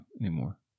anymore